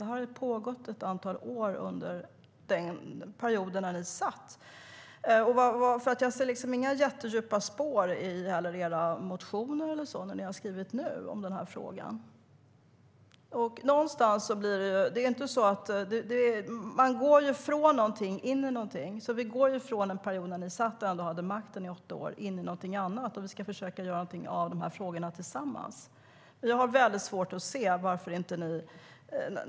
Ökningen pågick under ett antal år då ni satt vid makten. Jag ser heller inga jättedjupa spår i de motioner som ni nu har väckt i den här frågan. Man går ju från någonting och in i någonting. Vi går från en period på åtta år när ni hade makten och in i någonting annat. Vi ska försöka att tillsammans göra någonting åt dessa problem.